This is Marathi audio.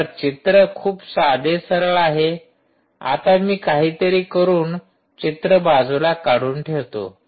तर चित्र खूप साधे सरळ आहे आता मी काहीतरी करून चित्र बाजूला काढून टाकतो